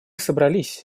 собрались